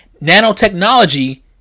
Nanotechnology